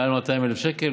מעל ל-200,000 שקל,